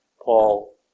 Paul